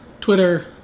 Twitter